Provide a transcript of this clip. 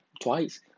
twice